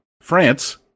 France